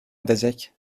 edecek